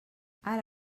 ara